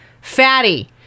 fatty